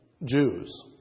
Jews